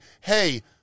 Hey